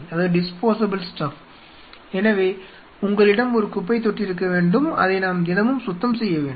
எனவே உங்களிடம் ஒரு குப்பைத்தொட்டி இருக்க வேண்டும் அதை நாம் தினமும் சுத்தம் செய்ய வேண்டும்